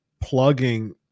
plugging